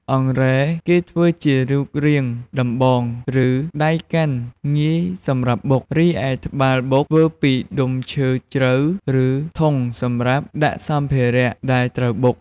អង្រែគេធ្វើជារូបរាងដំបង ឬដៃកាន់ងាយសម្រាប់បុក រឺឯត្បាល់បុកធ្វើជាដុំឈើជ្រៅ ឬធុងសម្រាប់ដាក់សម្ភារៈដែលត្រូវបុក។។